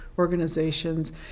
organizations